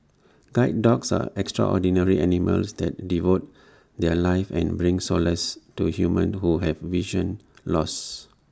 guide dogs are extraordinary animals that devote their lives and bring solace to humans who have vision loss